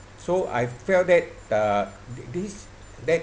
so I felt that uh this that